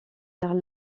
vers